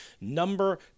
number